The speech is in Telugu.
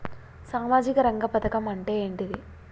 సామాజిక రంగ పథకం అంటే ఏంటిది?